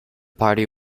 party